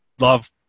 love